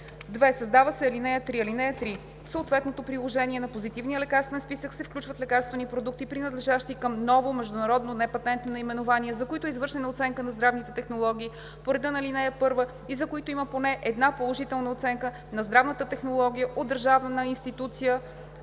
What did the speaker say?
2. Създава се ал. 3: „(3) В съответното приложение на Позитивния лекарствен списък се включват лекарствени продукти, принадлежащи към ново международно непатентно наименование, за които е извършена оценка на здравните технологии по реда на ал. 1 и за които има поне една положителна оценка на здравната технология от държавна институция